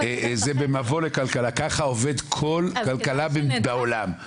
זה במבוא לכלכלה ככה עובדת כל כלכלה בעולם.